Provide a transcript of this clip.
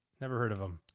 never heard of them.